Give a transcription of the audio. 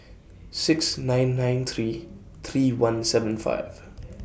six nine nine three three one seven five